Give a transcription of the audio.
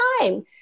time